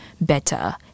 better